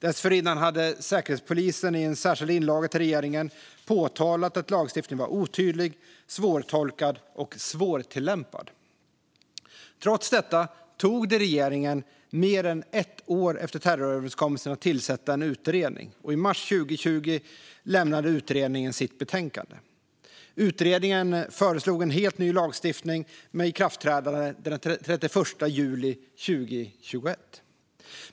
Dessförinnan hade Säkerhetspolisen i en särskild inlaga till regeringen påtalat att lagstiftningen var otydlig, svårtolkad och svårtillämpad. Trots detta tog det regeringen mer än ett år efter terroröverenskommelsen att tillsätta en utredning, och i mars 2020 lämnade utredningen sitt betänkande. Utredningen föreslog en helt ny lagstiftning med ikraftträdande den 31 juli 2021.